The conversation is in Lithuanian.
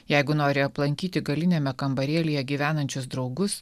jeigu nori aplankyti galiniame kambarėlyje gyvenančius draugus